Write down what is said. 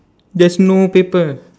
there's no paper